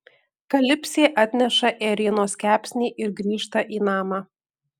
kalipsė atneša ėrienos kepsnį ir grįžta į namą